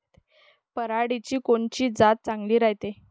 पऱ्हाटीची कोनची जात चांगली रायते?